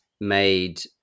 made